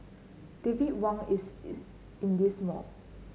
David Wang is in this mall